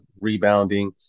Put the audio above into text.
rebounding